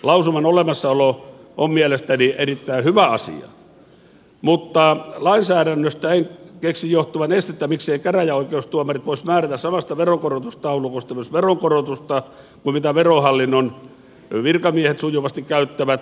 lausuman olemassaolo on mielestäni erittäin hyvä asia mutta lainsäädännöstä en keksi johtuvan estettä mikseivät käräjäoikeustuomarit voisi myös määrätä veronkorotusta samasta veronkorotustaulukosta jota verohallinnon virkamiehet sujuvasti käyttävät